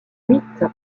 huit